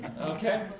okay